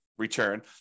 Return